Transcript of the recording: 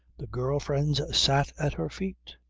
the girl-friends sat at her feet.